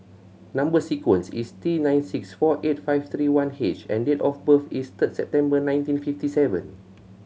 number sequence is T nine six four eight five three one H and date of birth is third September nineteen fifty seven